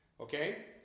okay